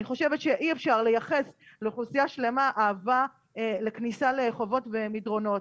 אני חושבת שאי אפשר לייחס לאוכלוסייה שלמה אהבה לכניסה לחובות ומדרונות.